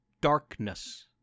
Darkness